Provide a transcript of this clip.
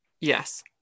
Yes